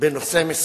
בנושא מסוים,